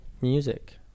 Music